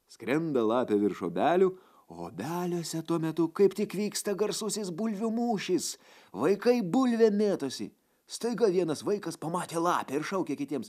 skrenda lape virš obelių o obeliuose tuo metu kaip tik vyksta garsusis bulvių mūšis vaikai bulvėm mėtosi staiga vienas vaikas pamatė lapę ir šaukia kitiems